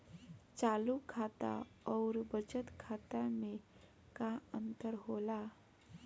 चालू खाता अउर बचत खाता मे का अंतर होला?